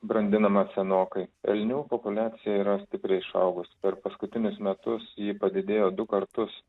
brandinama senokai elnių populiacija yra stipriai išaugus per paskutinius metus ji padidėjo du kartus